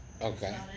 Okay